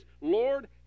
Lord